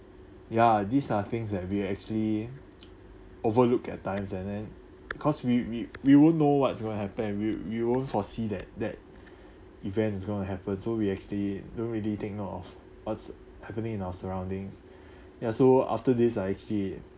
ya these are things that we actually overlooked at times and then cause we we we won't know what's going to happen we we won't foresee that that event is going to happened so we actually don't really think of what's happening in our surroundings ya so after this I actually